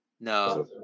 No